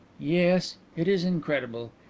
yes it is incredible.